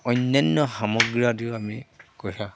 অন্যান্য সামগ্ৰী আদিও আমি